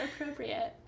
appropriate